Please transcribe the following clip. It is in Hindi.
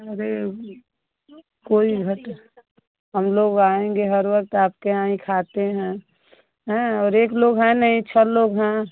अरे कोइ है तो हमलोग आएंगे हर वक्त आपके यहां ही खाते हैं और एक लोग हैं नहीं छः लोग हैं